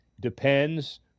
depends